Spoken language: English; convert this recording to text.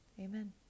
Amen